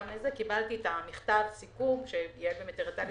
קיבלתי את מכתב הסיכום שיעל הראתה לי,